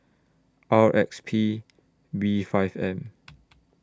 R X P B five M